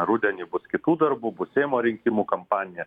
rudenį bus kitų darbų bus seimo rinkimų kampanija